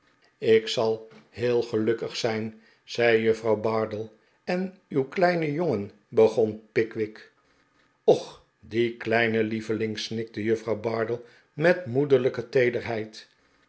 ik zal heel gelukkig zijn zei juffrouw bardell en uw kleine jongen begon pickwick oeh die kleine lieveling snikte juffrouw bardell met moederliike teederheid